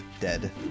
dead